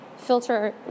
filter